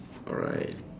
alright